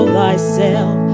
thyself